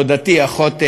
דודתי אחות אמי.